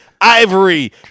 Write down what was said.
ivory